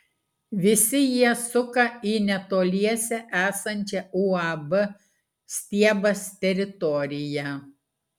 visi jie suka į netoliese esančią uab stiebas teritoriją